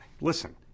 Listen